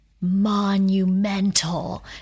monumental